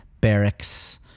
barracks